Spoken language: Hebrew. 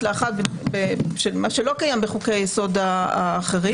לאחת של מה שלא קיים בחוקי-היסוד האחרים.